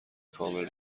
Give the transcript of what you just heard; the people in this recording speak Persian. کامل